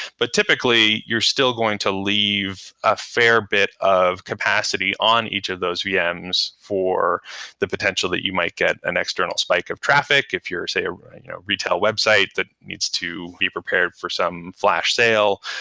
but typically, you're still going to leave a fair bit of capacity on each of those vms for the potential that you might get an external spike of traffic if you're, say, a retail website that needs to be prepared for some flash sale,